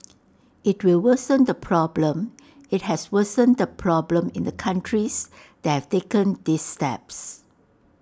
IT will worsen the problem IT has worsened the problem in the countries that have taken these steps